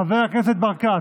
חבר הכנסת ברקת,